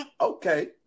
okay